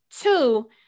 Two